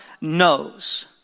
knows